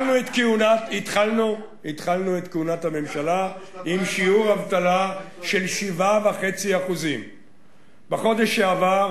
התחלנו את כהונת הממשלה עם שיעור אבטלה של 7.5%. בחודש שעבר,